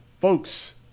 Folks